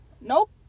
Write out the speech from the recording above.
Nope